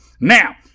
Now